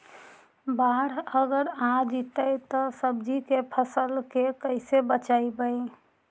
बाढ़ अगर आ जैतै त सब्जी के फ़सल के कैसे बचइबै?